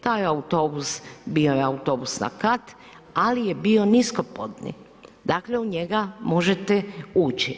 Taj autobus je bio autobus na kat ali je bio niskopodni, dakle u njega možete ući.